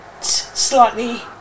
slightly